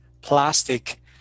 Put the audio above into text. plastic